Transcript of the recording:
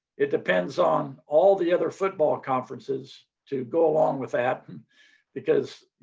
it depends on all the other football conferences to go along with that because,